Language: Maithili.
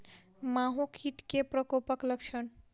माहो कीट केँ प्रकोपक लक्षण?